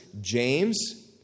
James